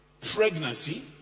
pregnancy